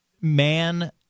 man